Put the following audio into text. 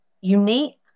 unique